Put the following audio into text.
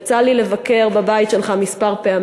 יצא לי לבקר בבית שלך כמה פעמים.